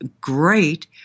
great